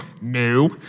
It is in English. No